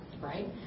Right